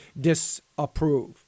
disapprove